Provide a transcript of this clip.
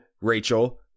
Rachel